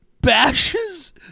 bashes